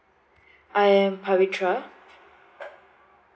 I am pavithra